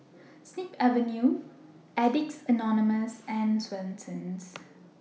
Snip Avenue Addicts Anonymous and Swensens